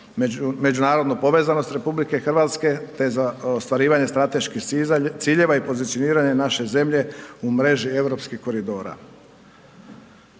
međunarodnu povezanost RH te za ostvarivanje strateških ciljeva i pozicioniranje naše zemlje u mreži europskih koridora.